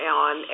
on